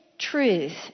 Truth